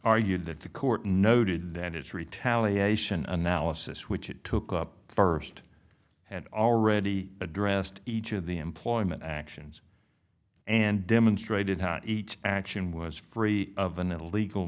argued that the court noted that it's retaliation analysis which it took up first and already addressed each of the employment actions and demonstrated how each action was free of an illegal